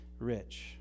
rich